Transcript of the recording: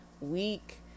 week